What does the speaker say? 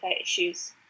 issues